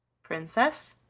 princess,